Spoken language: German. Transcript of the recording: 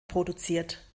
produziert